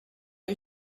you